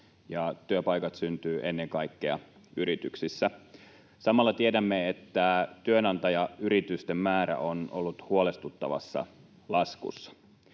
Työpaikat syntyvät ennen kaikkea yrityksissä. Samalla tiedämme, että työnantajayritysten määrä on ollut huolestuttavassa laskussa.